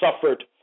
suffered